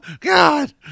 God